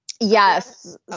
Yes